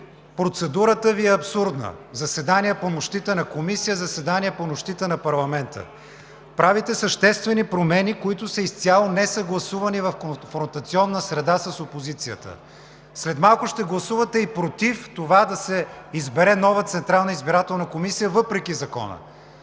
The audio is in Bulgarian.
Процедурата Ви е абсурдна: заседание по нощите на Комисия, заседания по нощите на парламента. Правите съществени промени, които са изцяло несъгласувани в ротационна среда с опозицията. След малко ще гласувате и против това да се избере нова Централна